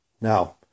Now